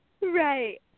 Right